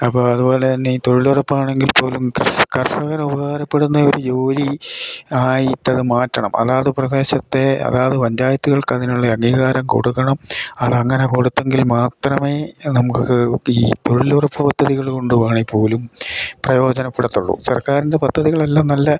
അപ്പം അതുപോലെ തന്നെ തൊഴിലുറപ്പാണെങ്കിൽ പോലും കർഷകർ ഉപകാരപ്പെടുന്ന ഒരു ജോലി ആയിട്ട് അത് മാറ്റണം അതാത് പ്രദേശത്തെ അതാത് പഞ്ചായത്തുകൾക്ക് അതിനുള്ള അംഗീകാരം കൊടുക്കണം അത് അങ്ങനെ കൊടുത്തെങ്കിൽ മാത്രമേ നമുക്ക് ഈ തൊഴിലുറപ്പ് പദ്ധതികൾ കൊണ്ടു പോവാണെങ്കിൽ പോലും പ്രയോജനപ്പെടത്തുള്ളൂ സർക്കാരിൻ്റെ പദ്ധതികളെല്ലാം നല്ല